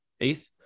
eighth